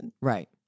Right